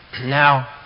Now